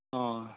ᱚ